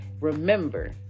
remember